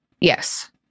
Yes